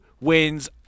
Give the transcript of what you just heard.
wins